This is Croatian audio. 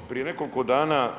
Evo, prije nekoliko dana